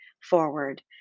forward